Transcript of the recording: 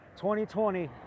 2020